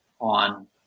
on